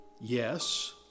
Yes